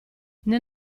nel